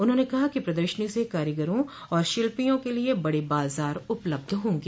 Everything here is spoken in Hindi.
उन्होंने कहा कि प्रदर्शनी से कारीगरों और शिल्पियों के लिये बड़े बाजार उपलब्ध होंगे